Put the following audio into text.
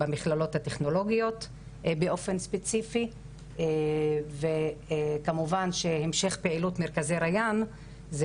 במכללות הטכנולוגיות באופן ספציפי וכמובן שהמשך פעילות מרכזי רייאן זה